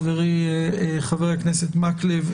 חברי חבר הכנסת מקלב,